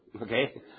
Okay